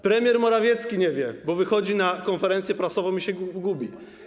Premier Morawiecki nie wie, bo przychodzi na konferencję prasową i się gubi.